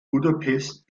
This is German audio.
budapest